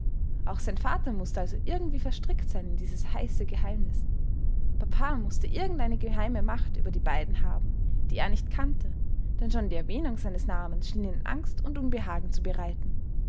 auch sein vater mußte also irgendwie verstrickt sein in dieses heiße geheimnis papa mußte irgendeine geheime macht über die beiden haben die er nicht kannte denn schon die erwähnung seines namens schien ihnen angst und unbehagen